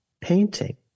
painting